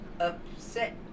upset